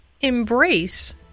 embrace